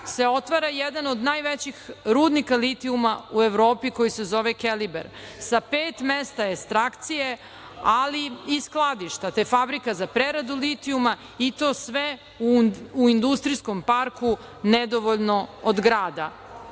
se otvara jedan od najvećih rudnika litijuma u Evropi koji se zove „Keliber“ sa pet mesta estrakcije, ali i skladišta, te fabrika za preradu litijuma i to sve u industrijskom parku nedovoljno od grada.